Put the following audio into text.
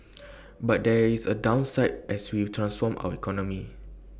but there is A downsides as we transform our economy